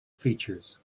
features